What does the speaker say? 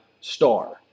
star